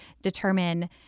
determine